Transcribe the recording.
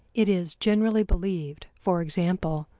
it is generally believed, for example,